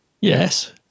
Yes